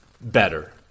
better